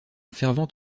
fervent